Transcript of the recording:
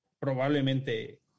probablemente